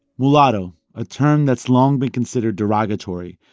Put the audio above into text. mulatto, a term that's long been considered derogatory,